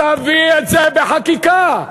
תביא את זה בחקיקה.